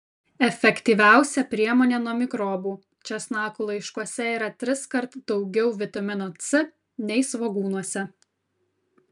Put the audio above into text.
efektyviausia priemonė nuo mikrobų česnakų laiškuose yra triskart daugiau vitamino c nei svogūnuose